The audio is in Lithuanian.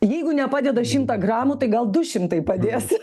jeigu nepadeda šimtą gramų tai gal du šimtai padės